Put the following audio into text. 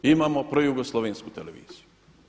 Imamo projugoslovensku televiziju.